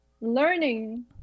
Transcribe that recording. learning